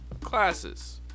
classes